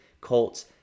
colts